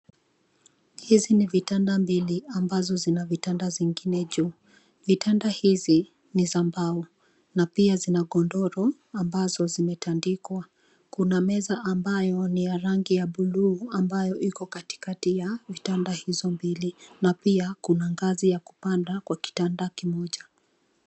Hizi ni vitanda mbili, ambazo zina vitanda zingine juu. Vitanda hizi ni za mbao, na pia zina godoro, ambazo zimetandikwa. Kuna meza ambayo ni ya rangi ya buluu, ambayo iko katikati ya vitanda hizo mbili, na pia kuna ngazi ya kupanda kwa kitanda kimoja.